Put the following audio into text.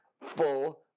full